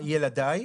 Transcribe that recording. ילדיי